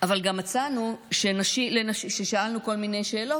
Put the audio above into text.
אבל כששאלנו כל מיני שאלות,